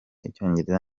icyongereza